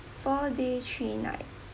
four days three nights